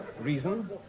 Reason